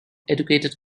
educated